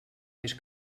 més